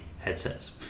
headsets